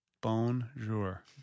Bonjour